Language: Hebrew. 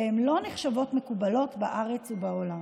והן לא נחשבות מקובלות בעולם ובארץ.